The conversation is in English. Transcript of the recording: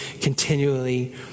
continually